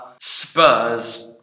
Spurs